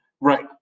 Right